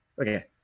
okay